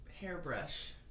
Hairbrush